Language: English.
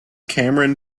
cameron